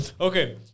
Okay